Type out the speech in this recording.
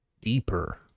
deeper